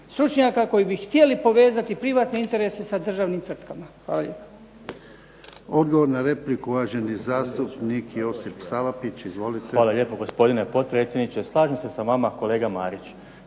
stručnjaka koji bi htjeli povezati privatne interese sa državnim tvrtkama. Hvala lijepa.